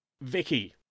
Vicky